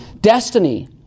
destiny